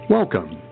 Welcome